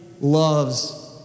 loves